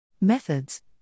Methods